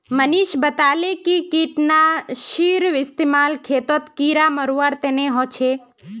मनीष बताले कि कीटनाशीर इस्तेमाल खेतत कीड़ा मारवार तने ह छे